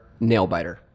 Nailbiter